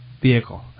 vehicle